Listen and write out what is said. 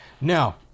Now